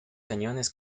cañones